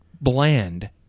bland